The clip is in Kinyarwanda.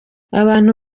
abantu